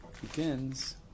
begins